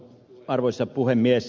arvoisa puhemies